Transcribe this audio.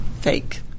fake